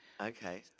Okay